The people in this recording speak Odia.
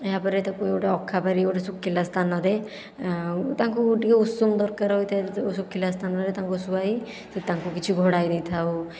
ଏହା ପରେ ତାକୁ ଗୋଟିଏ ଅଖା ପରି ତାକୁ ଶୁଖିଲା ସ୍ଥାନରେ ତାଙ୍କୁ ଟିକେ ଉଷୁମ ଦରକାର ହୋଇଥାଏ ଶୁଖିଲା ସ୍ଥାନରେ ତାଙ୍କୁ ଶୁଆଇ ତାଙ୍କୁ କିଛି ଘୋଡ଼ାଇ ଦେଇଥାଉ